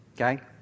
Okay